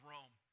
Rome